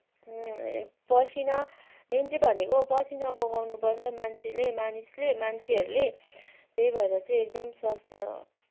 पसिना मेन चाहिँ भनेको पसिना बगाउनुपर्छ मान्छेले मानिसले मान्छेहरूले त्यही भएर चाहिँ एकदम स्वास्थ्य